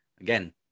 Again